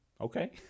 okay